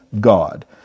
God